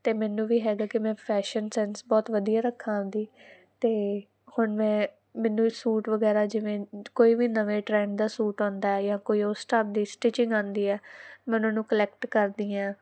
ਤੇ ਮੈਨੂੰ ਵੀ ਹੈਗਾ ਕਿ ਮੈਂ ਫੈਸ਼ਨ ਸੈਂਸ ਬਹੁਤ ਵਧੀਆ ਰੱਖਾਂ ਆਪਦੀ ਤੇ ਹੁਣ ਮੈਂ ਮੈਨੂੰ ਸੂਟ ਵਗੈਰਾ ਜਿਵੇਂ ਕੋਈ ਵੀ ਨਵੇਂ ਟਰੈਂਡ ਦਾ ਸੂਟ ਆਉਂਦਾ ਜਾਂ ਕੋਈ ਉਸ ਤਾਦ ਦੀ ਸਟਿਚਿੰਗ ਆਉਂਦੀ ਹ ਮੈਂ ਉਹਨਾਂ ਨੂੰ ਕਲੈਕਟ ਕਰਦੀ ਆਂ